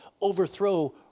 overthrow